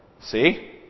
see